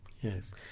Yes